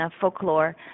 folklore